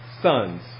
sons